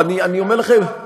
לא, אני באמת אומר לכם, וגם,